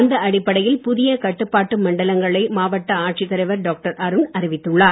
அந்த அடிப்படையில் புதிய கட்டுப்பாட்டு மண்டலங்களை மாவட்ட ஆட்சித் தலைவர் டாக்டர் அருண் அறிவித்துள்ளார்